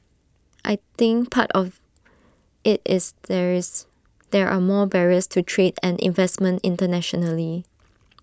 I think part of IT is there is there are more barriers to trade and investment internationally